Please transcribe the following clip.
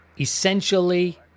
Essentially